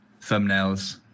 thumbnails